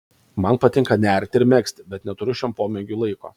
man patinka nerti ir megzti bet neturiu šiam pomėgiui laiko